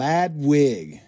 Ladwig